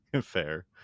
fair